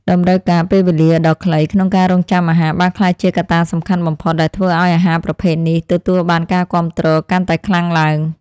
តម្រូវការពេលវេលាដ៏ខ្លីក្នុងការរង់ចាំអាហារបានក្លាយជាកត្តាសំខាន់បំផុតដែលធ្វើឲ្យអាហារប្រភេទនេះទទួលបានការគាំទ្រកាន់តែខ្លាំងឡើង។